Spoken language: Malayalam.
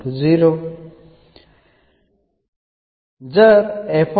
എന്നെഴുതുന്നു എങ്കിൽ